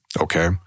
Okay